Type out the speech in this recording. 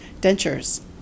dentures